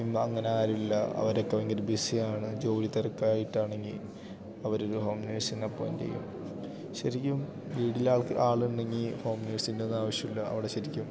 ഇമ്പ അങ്ങനെ ആരുമില്ല അവരൊക്കെ ഭയങ്കര ബിസി ആണ് ജോലി തിരക്കായിട്ട് ആണെങ്കിൽ അവർ ഒരു ഹോം നേഴ്സിനെ അപ്പോയിൻ്റ് ചെയ്യും ശരിക്കും വീട്ടിലെ ആൾക്ക് ആളുണ്ടെങ്കിൽ ഹോംനേഴ്സിൻ്റെ ഒന്നും ആവശ്യമില്ല അവിടെ ശരിക്കും